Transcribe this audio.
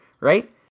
right